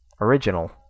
original